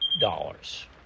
dollars